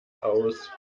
aus